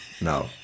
No